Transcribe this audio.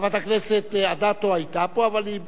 חברת הכנסת אדטו היתה פה, אבל היא ויתרה,